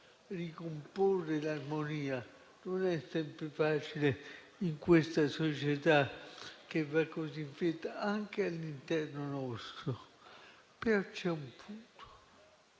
ricomporre l'armonia non è sempre facile in questa società che va così in fretta anche al nostro interno. C'è un punto.